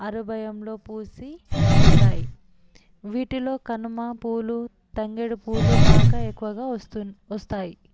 ఆరుబయంలో పూసి ఉంటాయి వీటిలో కనుమ పూలు తంగేడు పూలు బాగా ఎక్కువగా వస్తుం వస్తాయి